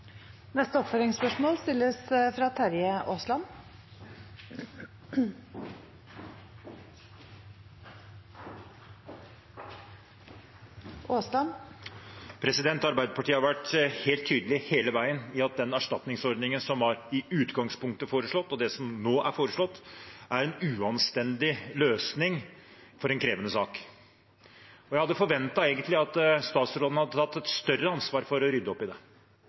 den erstatningsordningen som i utgangspunktet var foreslått, og det som nå er foreslått, er en uanstendig løsning for en krevende sak. Jeg hadde egentlig forventet at statsråden hadde tatt et større ansvar for å rydde opp i det.